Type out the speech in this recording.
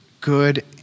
good